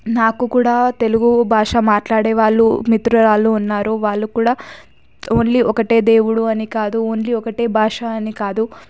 నాకు కూడా తెలుగు భాష మాట్లాడే వాళ్ళు మిత్రురాళ్ళు ఉన్నారు వాళ్ళు కూడా ఓన్లీ ఒకటే దేవుడు అని కాదు ఓన్లీ ఒకటే భాష అని కాదు